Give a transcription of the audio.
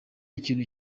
ikintu